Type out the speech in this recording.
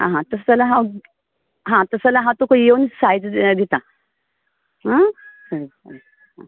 आं हां तशें जाल्यार हांव हां तशें जाल्यार हांव तुका येवन सायज दितां आं आं आं आं